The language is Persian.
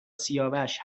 سیاوش